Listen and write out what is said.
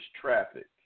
traffic